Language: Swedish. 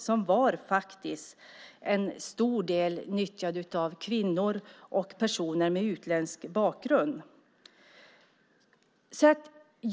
Det nyttjades till stor del av kvinnor och personer med utländsk bakgrund.